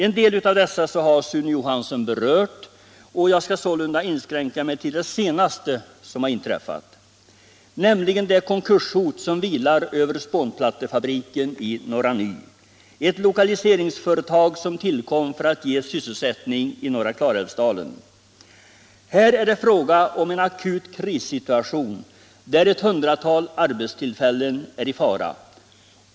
En del av dessa har Sune Johansson berört, och jag skall sålunda inskränka mig till det senaste som har inträffat, nämligen det konkurshot som vilar över spånplattefabriken i Norra Ny — ett lokaliseringsföretag som tillkom för att ge sysselsättning i norra Klarälvsdalen. Här är det fråga om en akut krissituation där ett hundratal arbetstillfällen är i fara.